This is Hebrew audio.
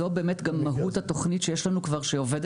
זו באמת גם מהות התכנית שיש לנו כבר שעובדת,